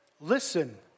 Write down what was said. Listen